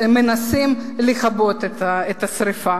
מנסים לכבות את השרפה.